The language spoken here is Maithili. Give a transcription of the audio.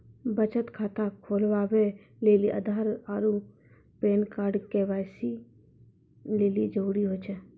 बचत खाता खोलबाबै लेली आधार आरू पैन कार्ड के.वाइ.सी लेली जरूरी होय छै